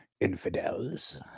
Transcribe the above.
infidels